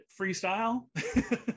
freestyle